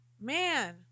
man